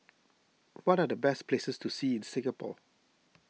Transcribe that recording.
what are the best places to see in Singapore